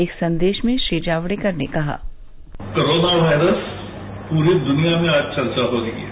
एक संदेश में श्री जावड़ेकर ने कहा कोरोना वायरस पूरी दुनिया में आज चर्चा हो रही है